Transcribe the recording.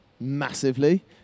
massively